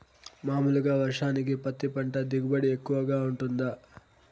మామూలుగా వర్షానికి పత్తి పంట దిగుబడి ఎక్కువగా గా వుంటుందా?